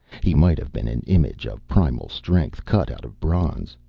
he might have been an image of primal strength cut out of bronze.